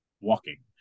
walking